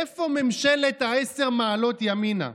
איפה ממשלת העשר מעלות ימינה?